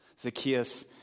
Zacchaeus